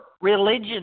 religion